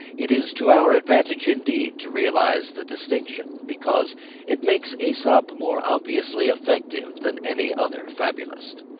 it is to our advantage, indeed, to realise the distinction because it makes aesop more obviously effective than any other fabulist.